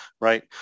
right